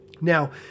Now